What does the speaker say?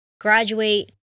graduate